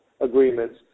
agreements